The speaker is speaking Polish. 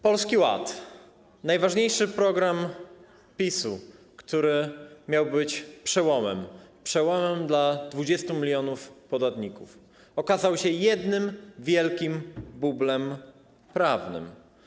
Polski Ład - najważniejszy program PiS-u, który miał być przełomem, przełomem dla 20 mln podatników, okazał się jednym wielkim bublem prawnym.